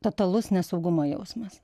totalus nesaugumo jausmas